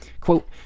Quote